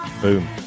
Boom